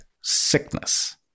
sickness